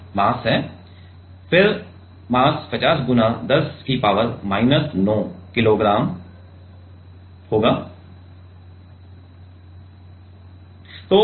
फिर ५० micro gram mass का अर्थ है फिर से m ५० गुणा १० की पावर माइनस ९ किलोग्राम यह ग्राम नहीं है यह किलो है